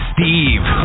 Steve